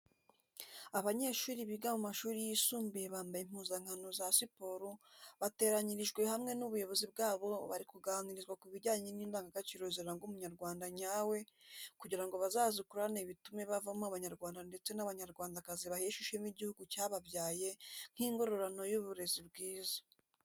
Abanyeshuri biga mu mashuri yisumbuye bambaye impuzankano za siporo, bateranyirijwe hamwe n'ubuyobozi bwabo barikuganirizwa ku bijyanye n'indanga gaciro ziranga umunyarwanda nyawe kugira ngo bazazikurane bitume bavamo abanyarwanda ndetse n'abanyarwandakazi bahesha ishema Igihugu cyababyaye nk'ingororano y'uburere bwiza.